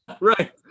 right